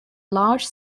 large